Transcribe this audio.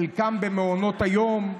חלקם במעונות היום,